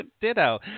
ditto